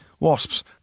Wasps